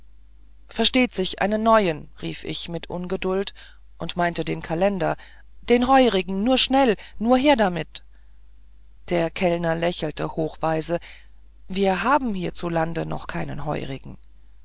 versteht sich einen neuen rief ich mit ungeduld und meinte den kalender den heurigen nur schnell nur her damit der kellner lächelte hochweise wir haben hierzuland noch keinen heurigen